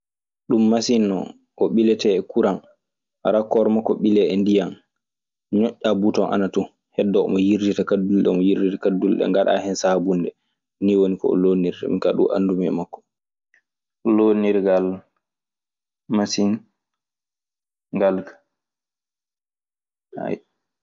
Ɗum masin non ko ɓiletee e kuran. Rakkoor makko ɓilee e ndiyam ñoƴƴaa buton ana ton heddoo omo yirdita kaddule ɗe, omo yirdita kadule ɗe ngaɗaa hen saabunnde ni woni ko o loonirta. Ɗum woni ko anndumi e makko. Loonnirgal masiŋ ngal ka.